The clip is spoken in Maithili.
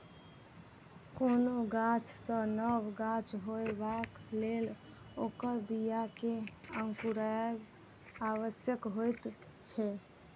कोनो गाछ सॅ नव गाछ होयबाक लेल ओकर बीया के अंकुरायब आवश्यक होइत छै